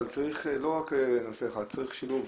אבל צריך לא רק נושא אחד, צריך שילוב.